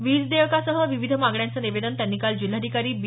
वीज देयकासह विविध मागण्यांचं निवेदन त्यांनी काल जिल्हाधिकारी बी